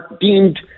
deemed